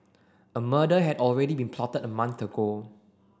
a murder had already been plot a month ago